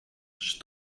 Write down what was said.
she